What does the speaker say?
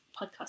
podcast